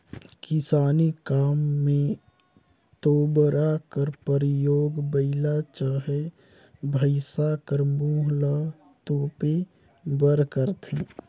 किसानी काम मे तोबरा कर परियोग बइला चहे भइसा कर मुंह ल तोपे बर करथे